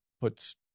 puts